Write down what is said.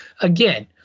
Again